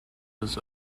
was